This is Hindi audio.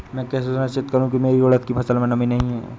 मैं कैसे सुनिश्चित करूँ की मेरी उड़द की फसल में नमी नहीं है?